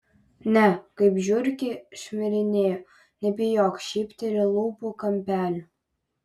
ne kaip žiurkė šmirinėju nebijok šypteli lūpų kampeliu